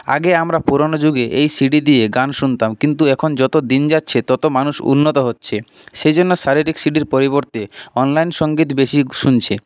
আগে আমরা পুরানো যুগে এই সি ডি দিয়ে গান শুনতাম কিন্তু এখন যত দিন যাচ্ছে তত মানুষ উন্নত হচ্ছে সেই জন্য শারীরিক সি ডির পরিবর্তে অনলাইন সঙ্গীত বেশি শুনছে